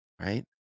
right